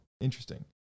interesting